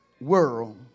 world